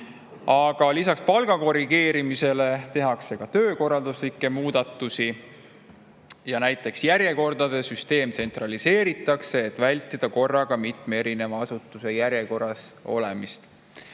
Lisaks palga korrigeerimisele tehakse ka töökorralduslikke muudatusi. Näiteks järjekordade süsteem tsentraliseeritakse, et vältida korraga mitme erineva asutuse järjekorras olemist.